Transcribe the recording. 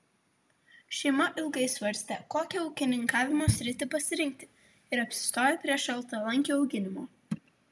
šeima ilgai svarstė kokią ūkininkavimo sritį pasirinkti ir apsistojo prie šaltalankių auginimo